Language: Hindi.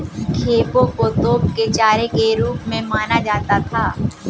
खेपों को तोप के चारे के रूप में माना जाता था